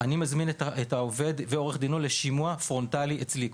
מזמין את העובד ועורך דינו לשימוע פרונטלי אצלי.